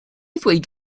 ddweud